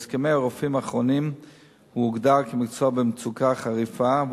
בהסכמי הרופאים האחרונים הוא הוגדר כמקצוע במצוקה חריפה,